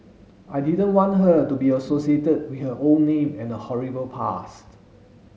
I didn't want her to be associated with her old name and her horrible past